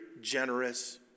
generous